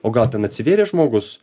o gal ten atsivėrė žmogus